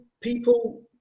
people